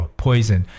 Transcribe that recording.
poison